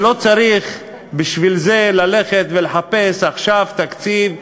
ולא צריך בשביל זה ללכת ולחפש עכשיו תקציב,